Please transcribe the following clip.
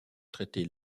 traiter